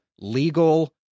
legal